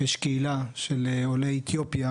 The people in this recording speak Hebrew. יש קהילה של עולי אתיופיה,